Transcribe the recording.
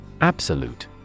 Absolute